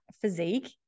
physique